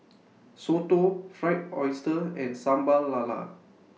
Soto Fried Oyster and Sambal Lala